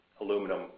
aluminum